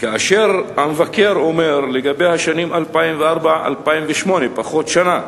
כאשר המבקר אומר לגבי השנים 2004 2008, פחות שנה,